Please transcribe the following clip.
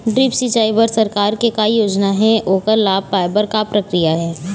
Drip सिचाई बर सरकार के का योजना हे ओकर लाभ पाय बर का प्रक्रिया हे?